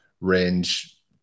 range